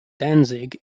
danzig